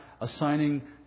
assigning